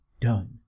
done